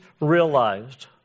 realized